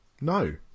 No